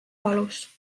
valus